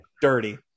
dirty